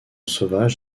sauvage